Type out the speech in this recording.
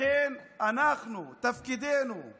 לכן, אנחנו בחד"ש-תע"ל,